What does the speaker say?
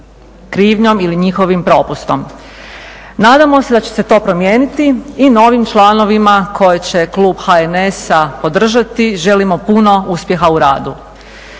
krivnjom ili njihovim propustom. Nadamo se da će se to promijeniti i novim članovima koje će klub HNS-a podržati želimo puno uspjeha u radu.